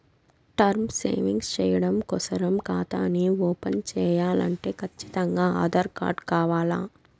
term savings చెయ్యడం కోసరం కాతాని ఓపన్ చేయాలంటే కచ్చితంగా ఆధార్ కార్డు కావాల్ల